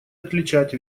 отличать